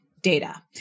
data